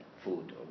Food